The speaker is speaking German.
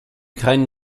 keinen